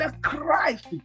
Christ